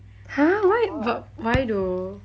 !huh! why but why though